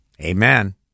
Amen